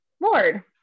Lord